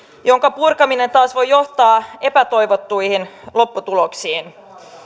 jonka purkaminen taas voi johtaa epätoivottuihin lopputuloksiin